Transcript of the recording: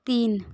तीन